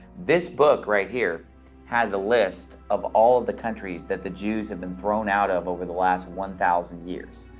this book right here has a list of all of the countries that the jews have been thrown out of over the last one thousand years,